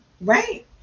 right